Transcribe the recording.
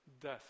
death